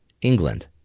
England